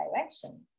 direction